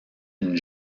une